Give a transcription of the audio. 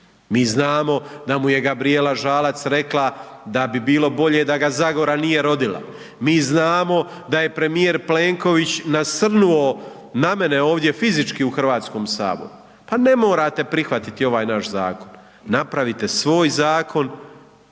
mi znamo da mu je Gabrijela Žalac rekla da bi bilo bolje da ga Zagora nije rodila, mi znamo da je premijer Plenković nasrnuo na mene ovdje fizički u HS, pa ne morate prihvatiti ovaj naš zakon, napravite svoj zakon,